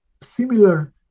similar